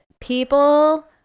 people